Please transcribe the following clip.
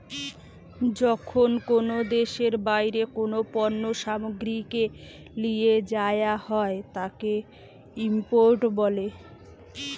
যখন কোনো দেশের বাইরে কোনো পণ্য সামগ্রীকে লিয়ে যায়া হয় তাকে ইম্পোর্ট বলে